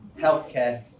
healthcare